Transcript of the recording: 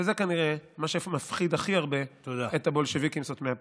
וזה כנראה מה שמפחיד הכי הרבה את הבולשביקים סותמי הפיות.